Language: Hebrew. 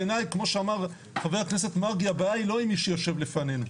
בעיני כמו שאמר חה"כ מרגי הבעיה היא לא עם מי שיושב לפנינו,